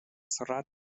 surat